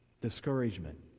discouragement